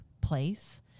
place